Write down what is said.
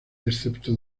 excepto